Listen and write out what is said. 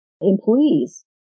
employees